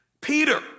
Peter